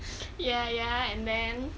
ya ya and then